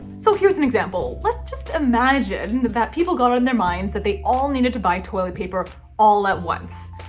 so here's an example. let's just imagine that people got on their minds that they all needed to buy toilet paper all at once.